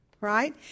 right